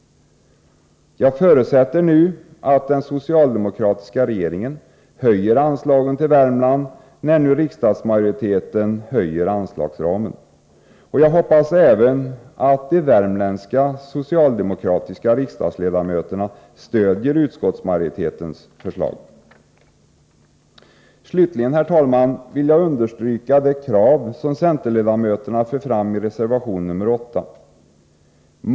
Jag förutsätter nu att den socialdemokratiska regeringen höjer anslagen till Värmland, när riksdagsmajoriteten nu vidgar anslagsramen. Jag hoppas även att de värmländska socialdemokratiska riksdagsledamöterna stödjer utskottsmajoritetens förslag. Till slut, herr talman, vill jag understryka de krav som centerledamöterna för fram i reservation nr 8.